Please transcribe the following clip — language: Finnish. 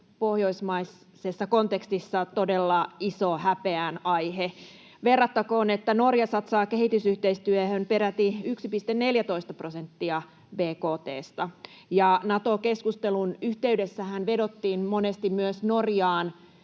pohjoismaisessa kontekstissa todella iso häpeän aihe. Verrattakoon, että Norja satsaa kehitysyhteistyöhön peräti 1,14 prosenttia bkt:sta. Nato-keskustelun yhteydessähän vedottiin monesti myös Norjaan